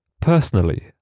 Personally